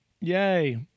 Yay